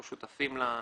אנחנו שותפים לה.